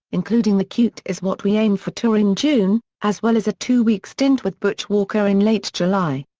including the cute is what we aim for tour in june, as well as a two-week stint with butch walker in late july.